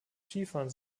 skifahren